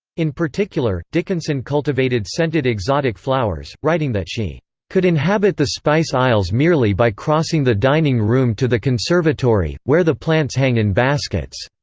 in particular, dickinson cultivated scented exotic flowers, writing that she could inhabit the spice isles merely by crossing the dining room to the conservatory, where the plants hang in baskets.